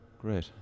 Great